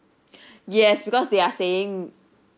yes because they are saying